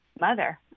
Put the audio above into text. mother